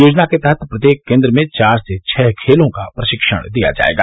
योजना के तहत प्रत्येक केन्द्र में चार से छह खेलों का प्रशिक्षण दिया जाएगा